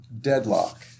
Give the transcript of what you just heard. deadlock